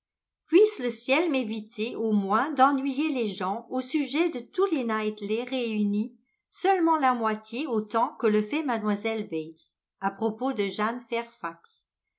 le ciel m'éviter au moins d'ennuyer les gens au sujet de tous les knightley réunis seulement la moitié autant que le fait mlle bates à propos de jeanne